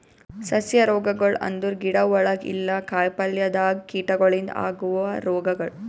ಸಸ್ಯ ರೋಗಗೊಳ್ ಅಂದುರ್ ಗಿಡ ಒಳಗ ಇಲ್ಲಾ ಕಾಯಿ ಪಲ್ಯದಾಗ್ ಕೀಟಗೊಳಿಂದ್ ಆಗವ್ ರೋಗಗೊಳ್